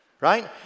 Right